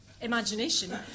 imagination